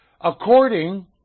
according